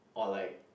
or like